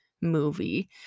movie